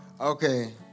Okay